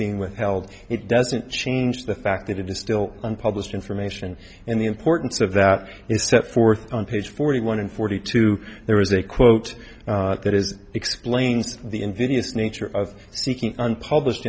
being withheld it doesn't change the fact that it is still unpublished information and the importance of that is set forth on page forty one and forty two there is a quote that is that explains the invidious nature of seeking unpublished